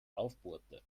aufbohrte